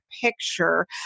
picture